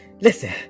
listen